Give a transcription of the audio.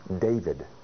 David